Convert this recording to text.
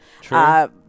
True